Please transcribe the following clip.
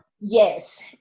Yes